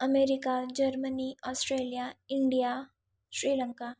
America Germany Australia India Sri Lanka